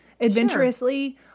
adventurously